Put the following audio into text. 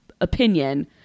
opinion